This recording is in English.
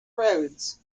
roads